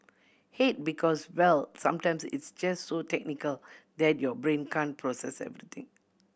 hate because well sometimes it's just so technical that your brain can process everything